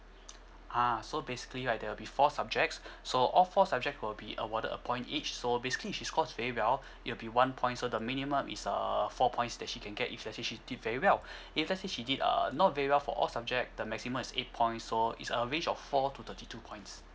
ah so basically right there'll be four subjects so all four subject will be awarded a point each so basically if she scores very well it'll be one point so the minimum is err four points that she can get if let's say she did very well if let's say she did err not very well for all subject the maximum is eight points so it's a range of four to thirty two points